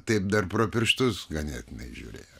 taip dar pro pirštus ganėtinai žiūrėjo